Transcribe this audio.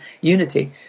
unity